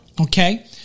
Okay